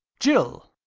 jill.